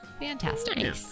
Fantastic